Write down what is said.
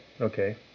Okay